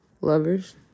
lovers